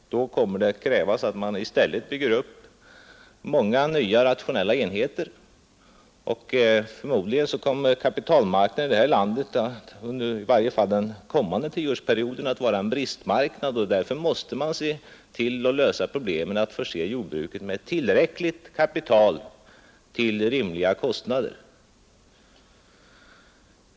Då kommer det att krävas att man i stället bygger upp många nya rationella enheter. Förmodligen kommer kapitalmarknaden i det här landet under i varje fall den närmaste tioårsperioden att vara en bristmarknad, och därför måste man försöka lösa problemet att förse jordbruket med tillräckligt kapital till rimliga kostnader.